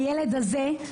הילד הזה,